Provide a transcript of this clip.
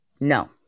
no